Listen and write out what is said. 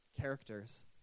characters